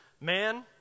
Man